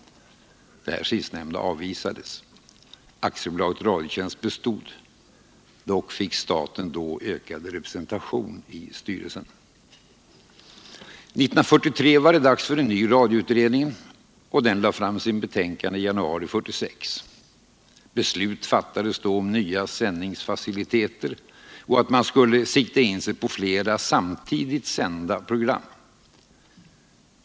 Detta förslag avvisades. AB Radiotjänst bestod; dock fick staten ökad representation i styrelsen. År 1943 tillsattes en ny radioutredning. Denna lade fram sitt betänkande i januari 1946. Beslut fattades om nya sändningsfaciliteter, och man beslöt att sikta in sig på flera samtidigt sända program.